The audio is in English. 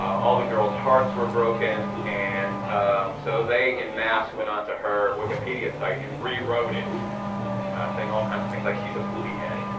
all the girls hearts were broken and so they en masse went on to her wikipedia site and re-wrote it saying all kinds of things like she's a poopy head,